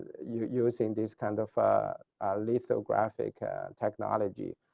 using this kind of lethal graphic technology.